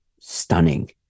stunning